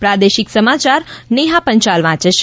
પ્રાદેશિક સમાયાર નેહા પંચાલ વાંચે છે